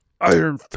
Iron